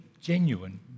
genuine